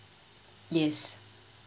yes